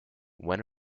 when